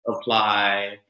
Apply